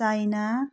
China